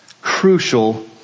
crucial